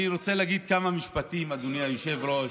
אני רוצה להגיד כמה משפטים, אדוני היושב-ראש.